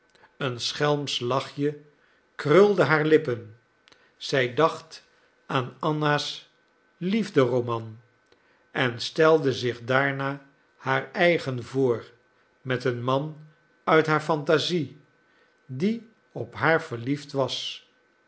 een schelms lachje krulde haar lippen zij dacht aan anna's liefderoman en stelde zich daarna haar eigen voor met een man uit haar fantasie die op haar verliefd was